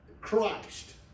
Christ